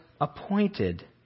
appointed